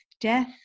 death